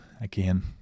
again